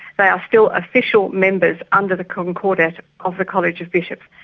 they are still official members under the concordat of the college of bishops.